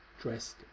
dressed